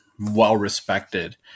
well-respected